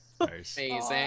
Amazing